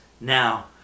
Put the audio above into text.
now